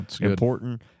important